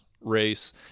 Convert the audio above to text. race